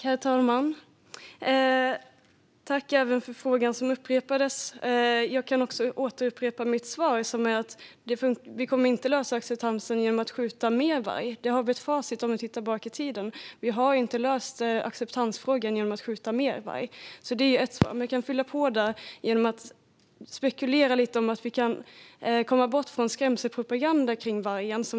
Herr talman! Tack, Kjell-Arne Ottosson, för frågan som upprepades! Jag kan också upprepa mitt svar som är att vi inte kommer att lösa acceptansen genom att skjuta mer varg. Facit bakåt i tiden är att vi inte har löst acceptansfrågan genom att skjuta mer varg. Jag kan fylla på svaret med att spekulera lite om hur vi kan komma bort från skrämselpropagandan kring vargen.